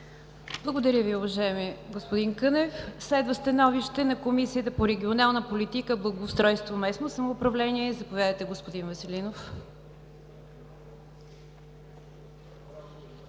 Благодаря Ви, уважаеми господин Кънев. Следва становище на Комисията по регионална политика, благоустройство и местно самоуправление. Заповядайте, господин Веселинов.